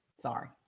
sorry